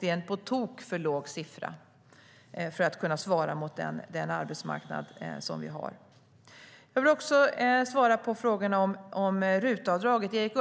Det är en på tok för låg siffra för att kunna svara mot den arbetsmarknad som vi har. Jag vill också svara på frågorna om RUT-avdraget. Samtidigt som